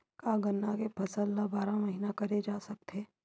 का गन्ना के फसल ल बारह महीन करे जा सकथे?